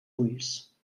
ulls